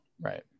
right